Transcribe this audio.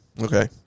Okay